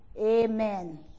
Amen